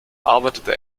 arbeitete